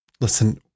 Listen